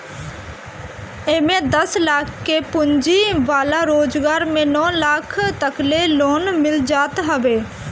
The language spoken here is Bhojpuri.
एमे दस लाख के पूंजी वाला रोजगार में नौ लाख तकले लोन मिल जात हवे